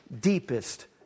deepest